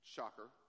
Shocker